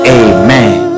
amen